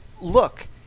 look